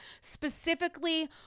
specifically